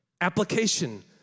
application